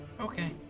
Okay